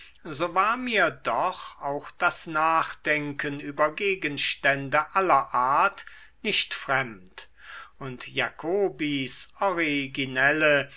so war mir doch auch das nachdenken über gegenstände aller art nicht fremd und jacobis originelle